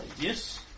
Yes